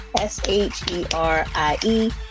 S-H-E-R-I-E